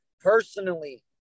personally